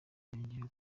yongeyeho